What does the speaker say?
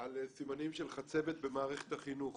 על סימנים של חצבת במערכת החינוך,